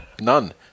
None